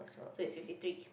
so is fifty three